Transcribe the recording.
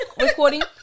recording